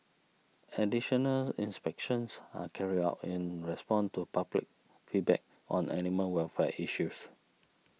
additional inspections are carried out in response to public feedback on the animal welfare issues